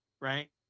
right